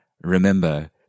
Remember